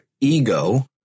ego